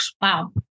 Wow